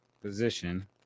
position